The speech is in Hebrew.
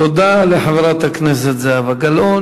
תודה לחברת הכנסת זהבה גלאון.